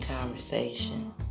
Conversation